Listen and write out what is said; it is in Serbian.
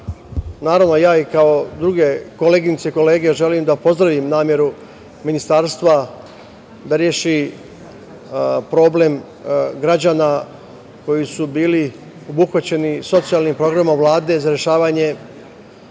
naravno, kao i druge koleginice i kolege, želim da pozdravim nameru Ministarstva da reši problem građana koji su bili obuhvaćeni socijalnim programom Vlade za rešavanje